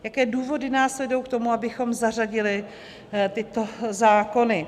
Jaké důvody nás vedou k tomu, abychom zařadili tyto zákony?